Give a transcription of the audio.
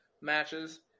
matches